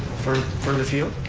for for the field?